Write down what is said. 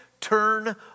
turn